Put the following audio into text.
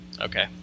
okay